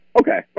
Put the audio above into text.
Okay